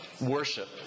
worship